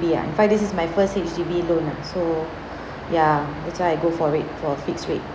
~B ah in fact this is my first H_D_B loan ah so ya that's why I go for it for fixed rate